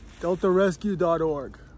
DeltaRescue.org